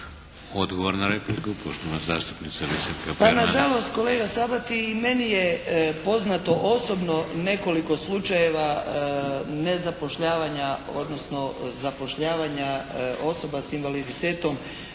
Odgovor na repliku poštovana zastupnica Biserka Perman.